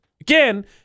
Again